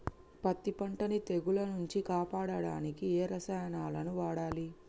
పత్తి పంటని తెగుల నుంచి కాపాడడానికి ఏ రసాయనాలను వాడాలి?